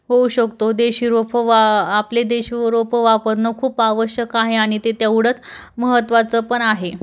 होऊ शकतो देशी रोपं वा आपले देश रोपं वापरणं खूप आवश्यक आहे आणि ते तेवढंच महत्त्वाचं पण आहे